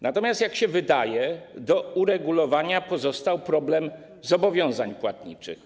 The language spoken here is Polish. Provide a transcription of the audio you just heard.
Natomiast wydaje się, że do uregulowania pozostał problem zobowiązań płatniczych.